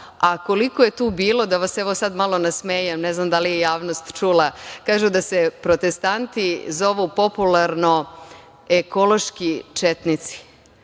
a koliko je tu bilo da vas sad malo nasmejem, ne znam da li je javnost čula, kažu da se protestanti popularno zovu „ekološki četnici“.